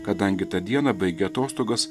kadangi tą dieną baigę atostogas